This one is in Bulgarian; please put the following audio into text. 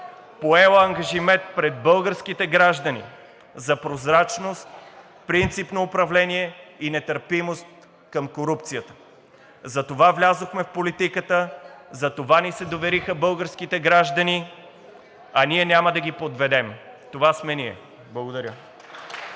поела ангажимент пред българските граждани за прозрачност, принципно управление и нетърпимост към корупцията, затова влязохме в политиката, затова ни се довериха българските граждани, а ние няма да ги подведем. Това сме ние. Благодаря.